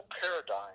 paradigm